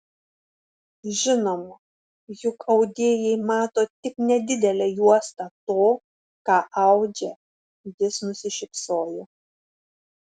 žinoma juk audėjai mato tik nedidelę juostą to ką audžia jis nusišypsojo